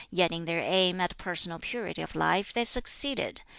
yet in their aim at personal purity of life they succeeded,